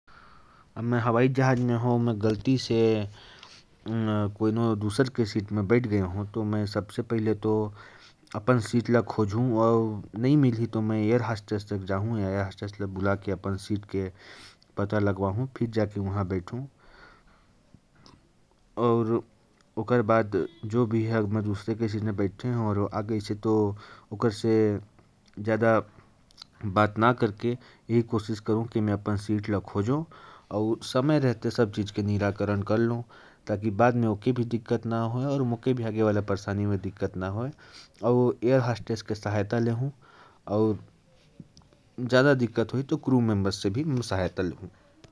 अगर मैं हवाई जहाज में हूं और गलती से दूसरे सीट पर बैठ गया हूं, तो सबसे पहले अपनी सीट को एयर होस्टेस की सहायता से खोजूंगा। फिर, जिस सीट पर बैठा हूं, उस व्यक्ति से ज्यादा बात न करते हुए, उनसे माफी मांगूंगा।